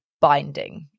binding